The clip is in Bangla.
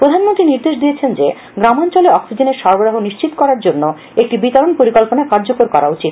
প্রধানমন্ত্রী নির্দেশ দিয়েছেন যে গ্রামাঞ্চলের অক্সিজেনের সরবরাহ নিশ্চিত করার জন্য একটি বিতরণ পরিকল্পনা কার্যকর করা উচিত